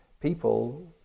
people